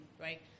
right